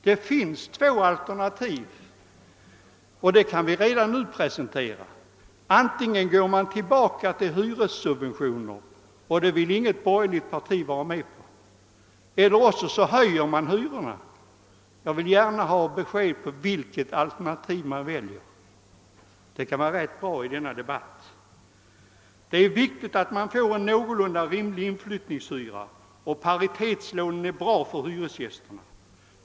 Det finns två alternativ och dem kan vi redan nu presentera: antingen går man tillbaka till hyressubventioner, och det vill inget borgerligt parti vara med om, eller också höjer man hyrorna. Jag vill gärna ha besked om vilket av dessa alternativ man väljer — det kan vara bra att veta i denna debatt. Det är viktigt att man får en någorlunda rimlig inflyttningshyra, och paritetslånen är bra för hyresgästerna.